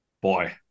Boy